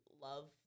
love